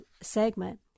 segment